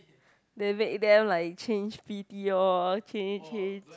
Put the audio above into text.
they make them like change p_t all change change